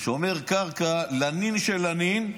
שומר קרקע לנין של הנין,